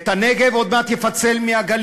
את הנגב הוא עוד מעט יפצל מהגליל,